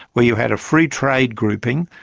where you had a free trade grouping,